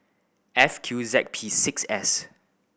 F Q Z P six S